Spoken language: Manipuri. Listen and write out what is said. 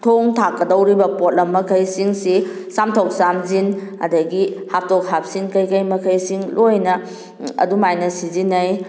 ꯊꯣꯡ ꯊꯥꯛꯀꯗꯧꯔꯤꯕ ꯄꯣꯠꯂꯝꯃꯈꯩꯁꯤꯡꯁꯤ ꯆꯥꯝꯊꯣꯛ ꯆꯥꯝꯁꯤꯟ ꯑꯗꯨꯗꯒꯤ ꯍꯥꯞꯇꯣꯛ ꯍꯥꯞꯆꯤꯟ ꯀꯩ ꯀꯩ ꯃꯈꯩꯁꯤꯡ ꯂꯣꯏꯅ ꯑꯗꯨꯃꯥꯏꯅ ꯁꯤꯖꯤꯟꯅꯩ